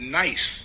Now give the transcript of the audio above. nice